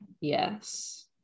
Yes